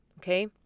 okay